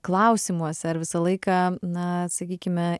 klausimuose ar visą laiką na sakykime